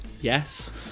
Yes